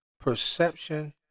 perception